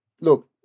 look